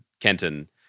Kenton